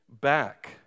back